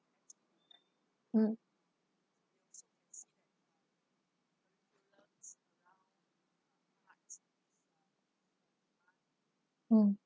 mm mm